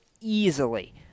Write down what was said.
easily